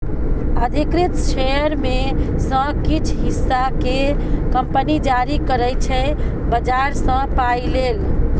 अधिकृत शेयर मे सँ किछ हिस्सा केँ कंपनी जारी करै छै बजार सँ पाइ लेल